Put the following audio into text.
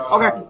Okay